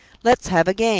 let's have a game.